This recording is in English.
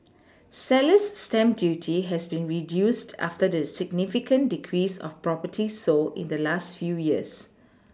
Seller's stamp duty has been reduced after the significant decrease of properties sold in the last few years